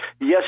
Yes